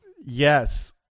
Yes